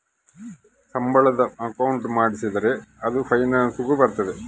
ಸಂಬಳದ ಅಕೌಂಟ್ ಮಾಡಿಸಿದರ ಅದು ಪೆನ್ಸನ್ ಗು ಬರ್ತದ